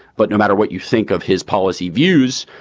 but no matter what you think of his policy views,